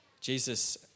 Jesus